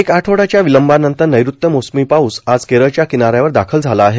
एक आठवड्याच्या विलंबानंतर नैऋत्य मोसमी पाऊस आज केरळच्या किनाऱ्यावर दाखल झाला आहे